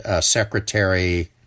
secretary